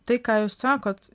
tai ką jūs sakot